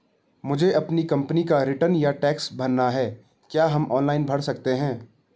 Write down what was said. मुझे अपनी कंपनी का रिटर्न या टैक्स भरना है क्या हम ऑनलाइन भर सकते हैं?